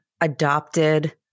adopted